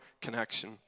connection